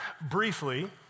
briefly